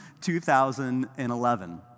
2011